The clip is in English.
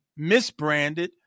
misbranded